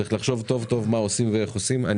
צריך לחשוב טוב מה עושים ואיך עושים.